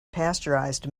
pasteurized